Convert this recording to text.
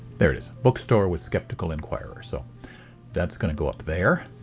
there it is. bookstore with skeptical inquirer, so that's going go up there.